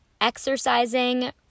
exercising